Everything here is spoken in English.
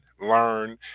learn